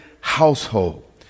household